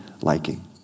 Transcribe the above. liking